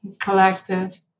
collective